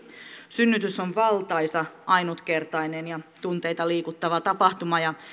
synnytys on valtaisa ainutkertainen ja tunteita liikuttava tapahtuma ja